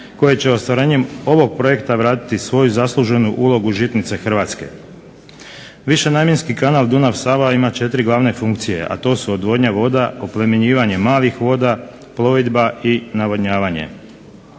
koje će ostvarenjem ovog projekta vratiti svoju zasluženu ulogu žitnice Hrvatske. Višenamjenski kanal Dunav-Sava ima četiri glavne funkcije, a to su odvodnja voda, oplemenjivanje malih voda, plovidba i navodnjavanje.